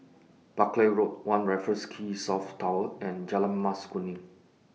Buckley Road one Raffles Quay South Tower and Jalan Mas Kuning